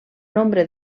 nombre